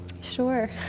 Sure